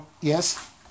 Yes